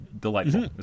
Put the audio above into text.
delightful